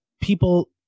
people